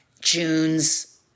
June's